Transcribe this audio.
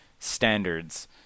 Standards